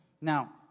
Now